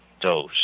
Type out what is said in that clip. dose